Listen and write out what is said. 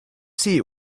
seat